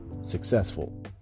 successful